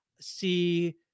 see